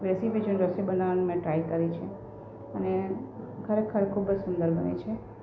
recipe જોઈને રસોઈ બનાવાનુ મેં ટ્રાય કરી છે અને ખરેખર ખૂબ જ સુંદર બને છે